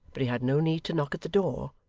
but he had no need to knock at the door,